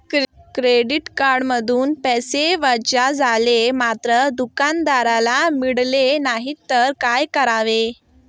Credit कार्डमधून पैसे वजा झाले मात्र दुकानदाराला मिळाले नाहीत तर काय करावे?